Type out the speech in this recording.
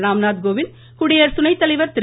ராம்நாத் கோவிந்த் குடியரசு துணைத்தலைவர் திரு